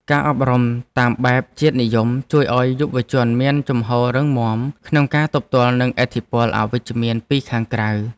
ការអប់រំតាមបែបជាតិនិយមជួយឱ្យយុវជនមានជំហររឹងមាំក្នុងការទប់ទល់នឹងឥទ្ធិពលអវិជ្ជមានពីខាងក្រៅ។